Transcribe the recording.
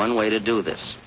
one way to do this